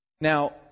Now